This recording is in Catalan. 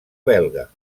belga